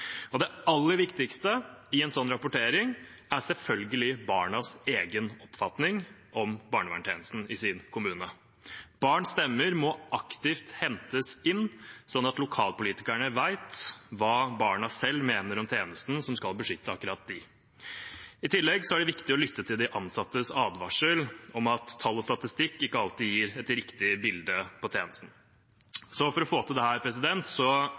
Det aller viktigste i en sånn rapportering er selvfølgelig barnas egen oppfatning om barnevernstjenesten i sin kommune. Barns stemmer må aktivt hentes inn, sånn at lokalpolitikerne vet hva barna selv mener om tjenesten som skal beskytte akkurat dem. I tillegg er det viktig å lytte til de ansattes advarsel om at tall og statistikk ikke alltid gir et riktig bilde av tjenesten. For å få til